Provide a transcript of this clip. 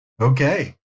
Okay